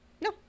No